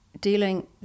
dealing